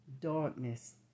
darkness